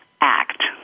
act